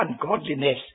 ungodliness